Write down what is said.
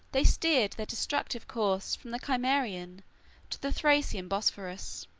they steered their destructive course from the cimmerian to the thracian bosphorus.